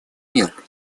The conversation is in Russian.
мер